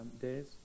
days